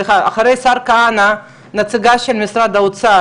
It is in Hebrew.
אחרי השר כהנא הנציגה של משרד האוצר